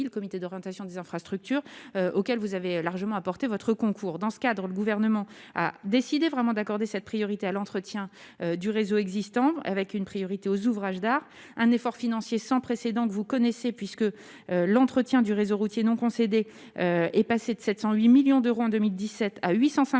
le comité d'orientation des infrastructures auquel vous avez largement apporté votre concours, dans ce cadre, le gouvernement a décidé vraiment d'accorder cette priorité à l'entretien du réseau existant, avec une priorité aux ouvrages d'art, un effort financier sans précédent que vous connaissez puisque l'entretien du réseau routier non concédé est passé de 708 millions d'euros en 2017 à 850